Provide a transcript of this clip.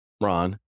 Ron